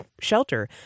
shelter